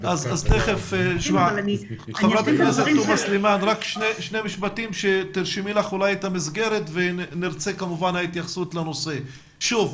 שוב,